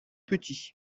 petit